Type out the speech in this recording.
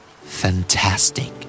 Fantastic